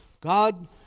God